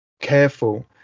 careful